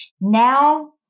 now